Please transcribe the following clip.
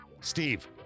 Steve